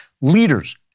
Leaders